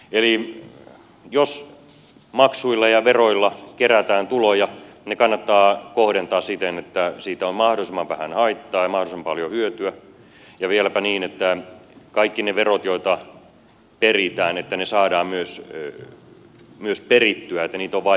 eli jos maksuilla ja veroilla kerätään tuloja ne kannattaa kohdentaa siten että siitä on mahdollisimman vähän haittaa ja mahdollisimman paljon hyötyä ja vieläpä niin että kaikki ne verot joita peritään saadaan myös perittyä että niitä on vaikea kiertää